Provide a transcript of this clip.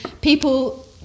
people